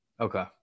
Okay